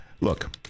look